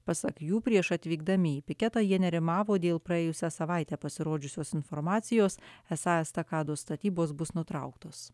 pasak jų prieš atvykdami į piketą jie nerimavo dėl praėjusią savaitę pasirodžiusios informacijos esą estakados statybos bus nutrauktos